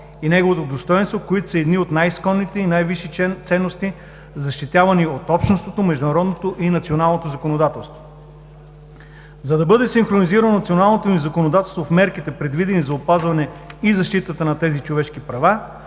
и неговото достойнство, които са едни от най-изконните и най-висши ценности, защитавани от общностното, международното и националното законодателство. За да бъде синхронизирано националното ни законодателство с мерките, предвидени за опазване и защитата на тези човешки права,